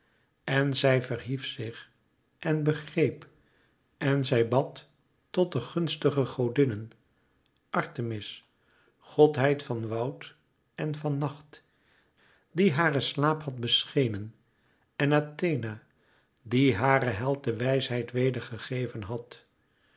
en zij verhief zich en begreep en zij bad tot de gunstige godinnen artemis godheid van woud en van nacht die haren slaap had beschenen en athena die haren held de wijsheid weder gegeven had